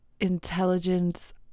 Intelligence